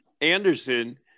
Anderson